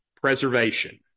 preservation